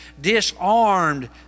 disarmed